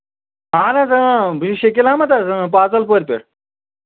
اَہن حظ اۭں بہٕ چھُس شکیٖل احمد حظ اۭں پازَل پورِ پٮ۪ٹھ